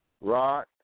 Rod